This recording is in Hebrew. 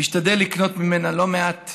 משתדל לקנות ממנה לא מעט